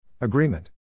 Agreement